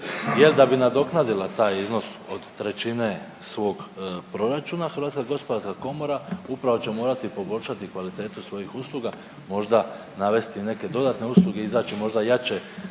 Jer da bi nadoknadila taj iznos od trećine svog proračuna Hrvatska gospodarska komora upravo će morati poboljšati kvalitetu svojih usluga, možda navesti neke dodatne usluge, izaći možda jače